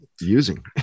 using